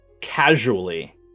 casually